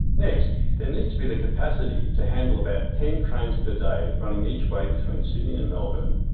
next, there needs to be the capacity to handle about ten trains per day running each way between sydney and melbourne,